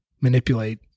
manipulate